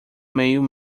meio